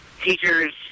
teachers